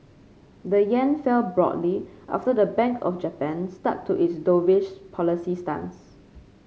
the yen fell broadly after the Bank of Japan stuck to its dovish policy stance